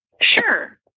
sure